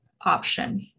option